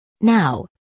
Now